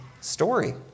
story